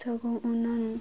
ਸਗੋਂ ਉਹਨਾਂ ਨੂੰ